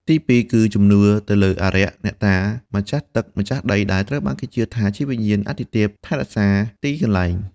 ទីពីរ គឺជំនឿទៅលើអារក្ស អ្នកតា ម្ចាស់ទឹកម្ចាស់ដីដែលត្រូវបានគេជឿថាជាវិញ្ញាណអាទិទេពថែរក្សាទីកន្លែង។